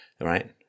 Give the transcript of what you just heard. right